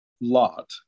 lot